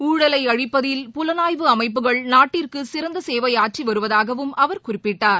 ஊழலைஅழிப்பதில் புலனாய்வு அமைப்புகள் நாட்டிற்குசிறந்தசேவைஆற்றிவருவதாகவும் அவர் குறிப்பிட்டார்